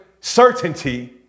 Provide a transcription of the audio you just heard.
certainty